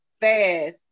fast